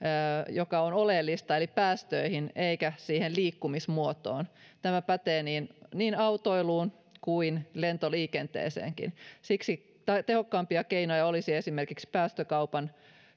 mikä on oleellista eli päästöihin eikä siihen liikkumismuotoon tämä pätee niin niin autoiluun kuin lentoliikenteeseenkin siksi tehokkaampia keinoja olisi esimerkiksi päästökaupan